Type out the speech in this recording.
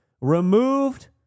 removed